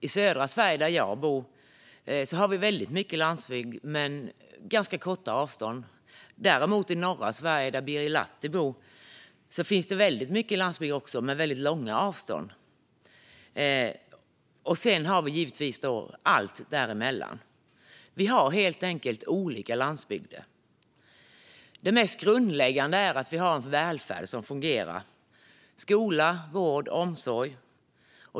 I södra Sverige, där jag bor, har vi väldigt mycket landsbygd men ganska korta avstånd. I norra Sverige däremot, där Birger Lahti bor, finns det också väldigt mycket landsbygd men med långa avstånd. Sedan har vi givetvis allt däremellan. Vi har helt enkelt olika landsbygder. Det mest grundläggande är att vi har en välfärd som fungerar - skola, vård och omsorg.